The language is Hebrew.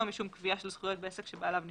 משום קביעה של זכויות בעסק שבעליו נפטר.